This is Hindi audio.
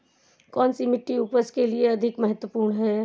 कौन सी मिट्टी उपज के लिए अधिक महत्वपूर्ण है?